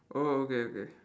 oh okay okay